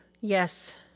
Yes